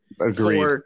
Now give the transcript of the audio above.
Agreed